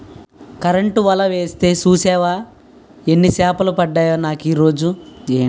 Current వల యేస్తే సూసేవా యెన్ని సేపలు పడ్డాయో నాకీరోజు?